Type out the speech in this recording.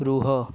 ରୁହ